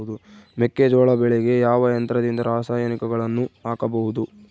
ಮೆಕ್ಕೆಜೋಳ ಬೆಳೆಗೆ ಯಾವ ಯಂತ್ರದಿಂದ ರಾಸಾಯನಿಕಗಳನ್ನು ಹಾಕಬಹುದು?